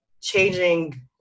changing